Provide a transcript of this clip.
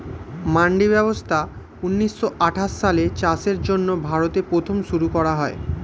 মান্ডি ব্যবস্থা ঊন্নিশো আঠাশ সালে চাষের জন্য ভারতে প্রথম শুরু করা হয়